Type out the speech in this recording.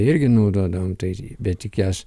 irgi naudodavom tai bet tik jas